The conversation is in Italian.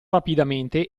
rapidamente